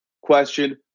question